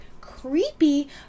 Creepy